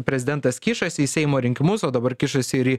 prezidentas kišasi į seimo rinkimus o dabar kišasi ir į